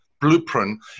Blueprint